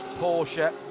Porsche